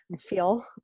feel